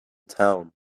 town